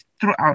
throughout